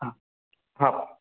हां हां